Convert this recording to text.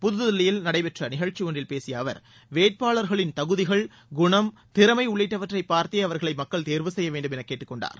புதுதில்லியில் நடைபெற்ற நிகழ்ச்சி ஒன்றில் பேசிய அவர் வேட்பாளர்களின் தகுதிகள் குணம் திறமை உள்ளிட்டவற்றை பார்த்தே அவர்களை மக்கள் தேர்வு செய்ய வேண்டும் என்று கேட்டுக்கொண்டார்